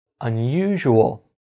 unusual